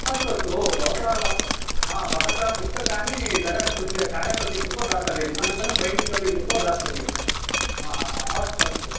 अस्तु अस्तु ओ भवतः वा आ भवतः पुस्तकानि ज़ेराक्स् कृत्वा छाया प्रति कृत्वा दातव्यम् अनन्तरं बैण्डिङ्ग् अपि कृत्वा दातव्यम् हा हा हा अस्तु अस्तु